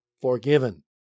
forgiven